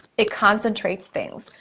it concentrates things,